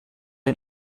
den